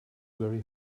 very